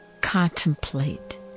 contemplate